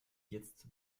jetzt